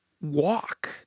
walk